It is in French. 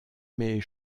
mais